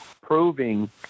proving